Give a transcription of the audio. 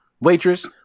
waitress